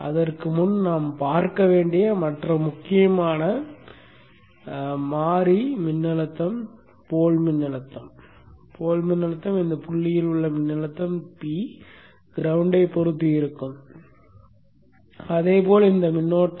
அதற்கு முன் நாம் பார்க்க வேண்டிய மற்ற முக்கியமான மாறி மின்னழுத்தம் போல் மின்னழுத்தம் போல் மின்னழுத்தம் இந்த புள்ளியில் உள்ள மின்னழுத்தம் P கிரௌண்ட் யைப் பொறுத்து இருக்கும் அதேபோல் இந்த மின்னோட்டமாகும்